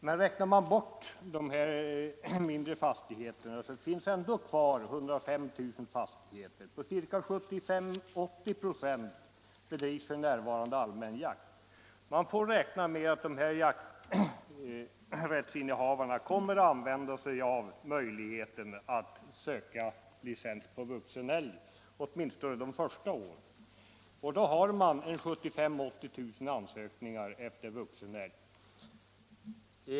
Sedan man räknat bort de mindre fastigheterna återstår ändå 109 000 fastigheter. På ca 75-80 96 av dessa bedrivs i nuvarande läge allmän jakt. Man får räkna med att dessa jakträttsinnehavare kommer att använda sig av möjligheten att söka licens för vuxen älg åtminstone de första åren. Det betyder alltså 80 000-85 000 ansökningar om licens för vuxen älg.